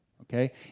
okay